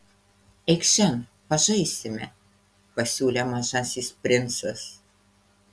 eikš šen pažaisime pasiūlė mažasis princas